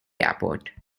airport